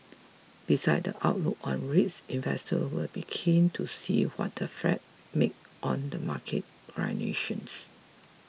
besides the outlook on rates investors will be keen to see what the Fed made on the market gyrations